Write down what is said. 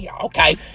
okay